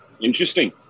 interesting